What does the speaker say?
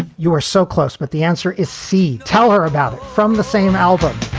you are so close. but the answer is c. tell her about it. from the same album.